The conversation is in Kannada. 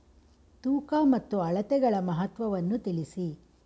ತೂಕ ಮತ್ತು ಅಳತೆಗಳ ಮಹತ್ವವನ್ನು ತಿಳಿಸಿ?